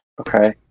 Okay